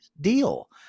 deal